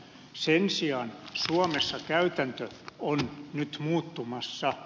sen sijaan suomessa käytäntö on nyt muuttumassa